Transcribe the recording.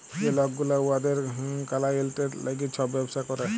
যে লক গুলা উয়াদের কালাইয়েল্টের ল্যাইগে ছব ব্যবসা ক্যরে